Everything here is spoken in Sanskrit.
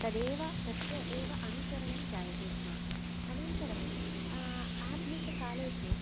तदेव तस्य एव अनुसरणं जायते स्म अनन्तरम् आधुनिककाले तु